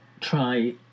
try